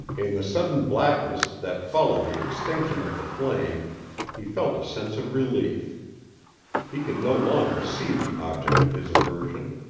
in the sudden blackness that followed the extinction of the flame he felt a sense of relief he could no longer see the object of his aversion.